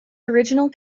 original